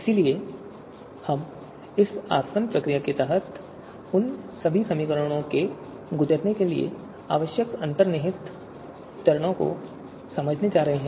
इसलिए हम इस आसवन प्रक्रिया के तहत उन सभी गणनाओं से गुजरने के लिए आवश्यक अंतर्निहित चरणों को समझने जा रहे हैं